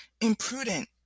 Imprudent